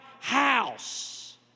house